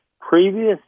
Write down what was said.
Previous